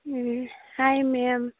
ꯎꯝ ꯍꯥꯏ ꯃꯌꯥꯝ